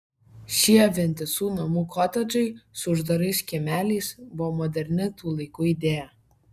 šie vientisų namų kotedžai su uždarais kiemeliais buvo moderni tų laikų idėja